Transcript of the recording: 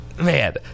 Man